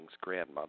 grandmother